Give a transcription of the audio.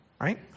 Right